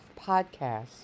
podcast